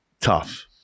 Tough